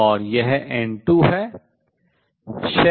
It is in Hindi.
और यह N2 है